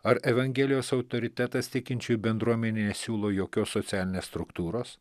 ar evangelijos autoritetas tikinčiųjų bendruomenėje nesiūlo jokios socialinės struktūros